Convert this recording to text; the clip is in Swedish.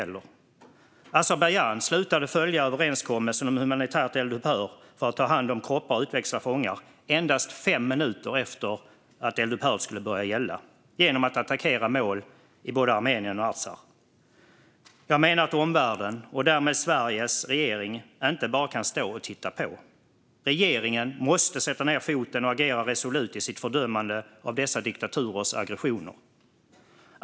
Azerbajdzjan slutade att följa överenskommelsen om humanitärt eldupphör för att ta hand om kroppar och utväxla fångar endast fem minuter efter att eldupphör skulle börja gälla. Det gjorde man genom att attackera mål i både Armenien och Artsach. Jag menar att omvärlden, och därmed Sveriges regering, inte bara kan stå och titta på. Regeringen måste sätta ned foten och agera resolut i sitt fördömande av dessa diktaturers aggressioner.